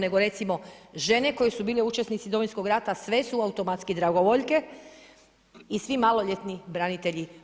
Nego recimo, žene koje su bile učesnice Domovinskog rata, sve su automatski dragovoljke i svi maloljetni branitelji.